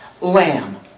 lamb